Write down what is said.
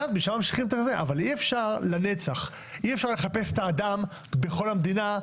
אי אפשר לחפש את האדם בכל המדינה.